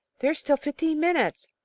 there's still fifteen minutes.